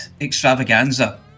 extravaganza